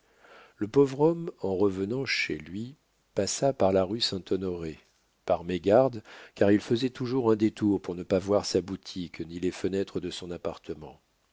le pauvre homme en revenant chez lui passa par la rue saint-honoré par mégarde car il faisait toujours un détour pour ne pas voir sa boutique ni les fenêtres de son appartement